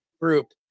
group